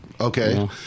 Okay